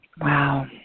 Wow